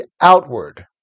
outward